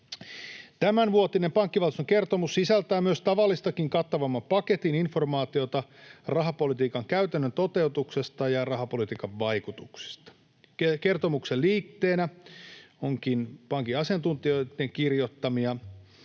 Tämänvuotinen pankkivaltuuston kertomus sisältää myös tavallistakin kattavamman paketin informaatiota rahapolitiikan käytännön toteutuksesta ja rahapolitiikan vaikutuksista. Kertomuksen liitteenä onkin pankin asiantuntijoitten kirjoittamia